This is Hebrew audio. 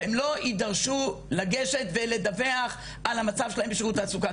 שהם לא יידרשו לגשת ולדווח על המצב שלהם בשירות התעסוקה,